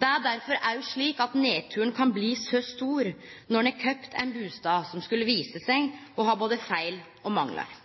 Det er derfor òg slik at nedturen kan bli så stor når ein har kjøpt ein bustad som skulle vise seg å ha både feil og manglar.